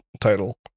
title